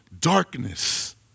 darkness